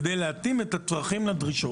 כדי להתאים את הצרכים לדרישות.